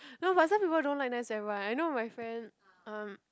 no but some people don't like nice and white I know my friend um